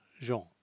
Jean